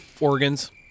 organs